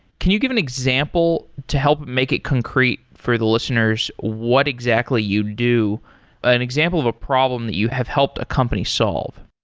can you give an example to help make it concrete for the listeners what exactly you do an example of a problem that you have helped a company solve?